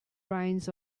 reins